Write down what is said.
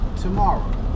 tomorrow